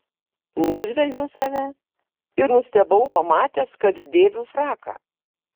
nužvelgiau save ir nustebau pamatęs kad dėviu fraką